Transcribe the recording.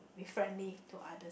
be friendly to others